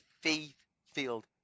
faith-filled